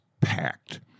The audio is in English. packed